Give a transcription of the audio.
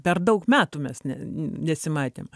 per daug metų mes ne nesimatėm